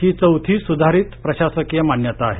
ही चौथी सुधारित प्रशासकीय मान्यता आहे